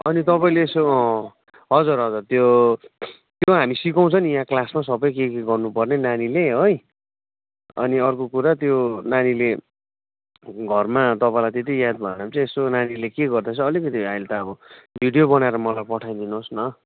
अनि तपाईँले यसो हजर हजर त्यो त्यो हामी सिकाउँछ नि क्लासमा सबै के के गर्नुपर्ने नानीले है अनि अर्को कुरा त्यो नानीले घरमा तपाईँलाई त्यत्ति याद भएन भने चाहिँ यसो नानीले के गर्दैछ अलिकति आहिले त अब भिडियो बनाएर मलाई पठाइदिनुहोस् न